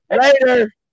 Later